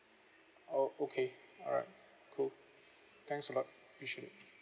oh okay alright cool thanks a lot appreciate